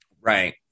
Right